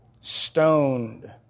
stoned